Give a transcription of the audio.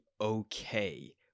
okay